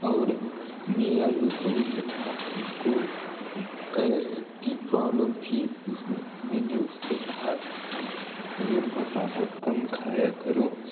आओर मेरा जो दोस्त था उसको गएस की प्रॉब्लम थी उसने मैंने उससे कहा तेल मसाला कम खाया करो